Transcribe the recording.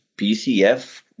PCF